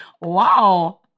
Wow